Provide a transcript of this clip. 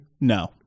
No